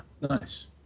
Nice